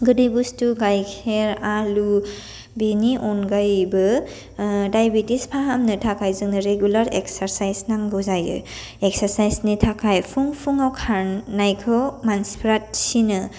गोदै बस्थु गाइखेर आलु बेनि अनगायैबो डाइबेटिस फाहामनो थाखाय जोंनो रेगुलार इएकसार्साइस नांगौ जायो इएकसार्साइजनि थाखाय फुं फुङाव खारनायखौ मानसिफोरा थिनो